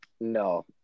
No